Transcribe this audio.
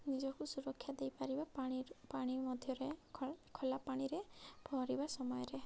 ନିଜକୁ ସୁରକ୍ଷା ଦେଇପାରିବା ପାଣି ପାଣି ମଧ୍ୟରେ ଖୋଲା ପାଣିରେ ପହଁରିବା ସମୟରେ